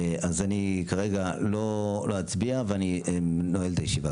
אז אני כרגע לא אצביע ואני נועל את הישיבה,